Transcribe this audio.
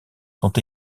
sont